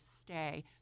stay